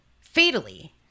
fatally